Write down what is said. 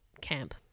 camp